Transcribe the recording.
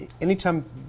anytime